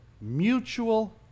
mutual